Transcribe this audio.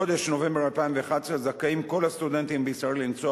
מחודש נובמבר 2011 זכאים כל הסטודנטים בישראל לנסוע